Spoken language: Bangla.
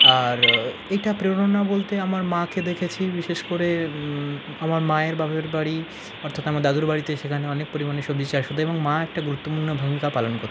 আর এটা প্রেরণা বলতে আমার মাকে দেখেছি বিশেষ করে আমার মায়ের বাপের বাড়ি অর্থাৎ আমার দাদুর বাড়িতে সেখানে অনেক পরিমাণে সবজি চাষ হতো এবং মা একটা গুরুত্বপূর্ণ ভূমিকা পালন করতো